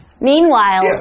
Meanwhile